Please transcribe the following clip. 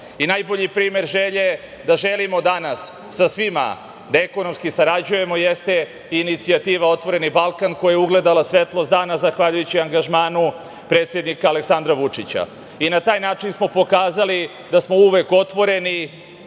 regiona. Najbolji primer želje da želimo danas sa svima da ekonomski sarađujemo jeste inicijativa "Otvoreni Balkan" koja je ugledala svetlost dana zahvaljujući angažmanu predsednika Aleksandra Vučića. Na taj način smo pokazali da smo uvek otvoreni